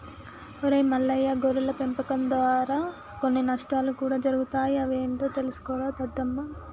ఒరై మల్లయ్య గొర్రెల పెంపకం దారా కొన్ని నష్టాలు కూడా జరుగుతాయి అవి ఏంటో తెలుసుకోరా దద్దమ్మ